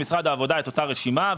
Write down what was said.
לקחנו ממשרד העבודה את אותה רשימה,